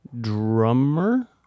drummer